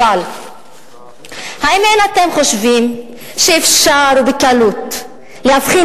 אבל האם אין אתם חושבים שאפשר בקלות להבחין